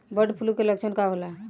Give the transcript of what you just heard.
Bird flu के लक्षण का होला?